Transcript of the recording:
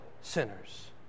sinners